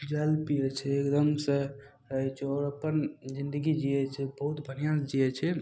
जल पिबय छै एकदमसँ रहय छै ओ अपन जिन्दगी जियै छै बहुत बढ़िआँसँ जियै छै